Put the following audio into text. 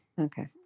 Okay